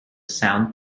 sound